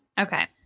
Okay